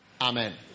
Amen